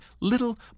little